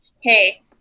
hey